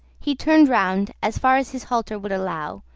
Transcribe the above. he turned round as far as his halter would allow,